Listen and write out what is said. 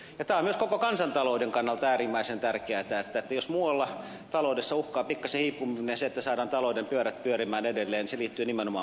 tämä on myös koko kansantalouden kannalta äärimmäisen tärkeätä että jos muualla taloudessa uhkaa pikkasen hiipuminen niin se että saadaan talouden pyörät pyörimään edelleen liittyy nimenomaan vuokra asuntotuotantoon